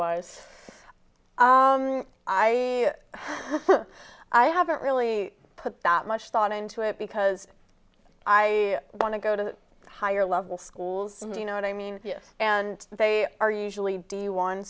wise i i haven't really put that much thought into it because i want to go to higher level schools and you know what i mean and they are usually the one